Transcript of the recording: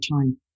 time